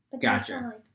Gotcha